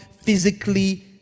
physically